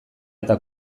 eta